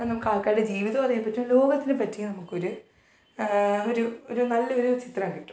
നമുക്ക് ആൾക്കാരുടെ ജീവിതോം അറിയാൻ പറ്റും ലോകത്തിനെ പറ്റിയും നമുക്കൊരു ഒരു ഒരു നല്ലൊരു ചിത്രം കിട്ടും